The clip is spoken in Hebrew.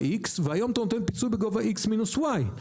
X והיום אתה נותן פיצוי בגובה X מינוס Y,